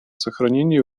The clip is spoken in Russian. сохранению